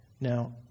Now